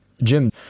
Jim